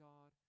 God